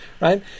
right